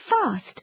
fast